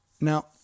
Now